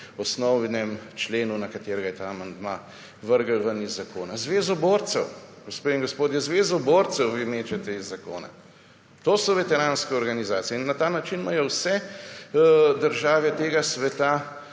(nadaljevanje) na katerega je ta amandma vrgel ven iz zakona. Zvezo borcev, gospe in gospodje, Zvezo borcev vi mečete iz zakona. To so veteranske organizacije. In na ta način imajo vse države tega sveta,